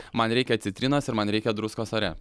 man reikia citrinos ir man reikia druskos ore